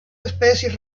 especies